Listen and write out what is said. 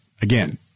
Again